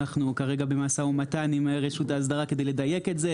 אנחנו כרגע במשא ומתן עם רשות האסדרה כדי לדייק את זה,